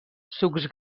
sucs